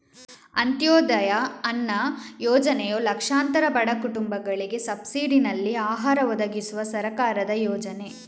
ಅಂತ್ಯೋದಯ ಅನ್ನ ಯೋಜನೆಯು ಲಕ್ಷಾಂತರ ಬಡ ಕುಟುಂಬಗಳಿಗೆ ಸಬ್ಸಿಡಿನಲ್ಲಿ ಆಹಾರ ಒದಗಿಸುವ ಸರ್ಕಾರದ ಯೋಜನೆ